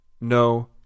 No